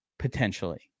Potentially